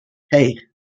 hey